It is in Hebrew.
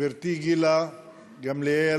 גברתי גילה גמליאל,